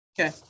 okay